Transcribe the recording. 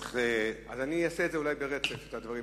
אולי אעשה את הדברים האלה ברצף.